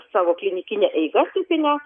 savo klinikine eiga tipine